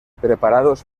preparados